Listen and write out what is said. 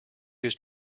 his